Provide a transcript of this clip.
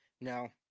No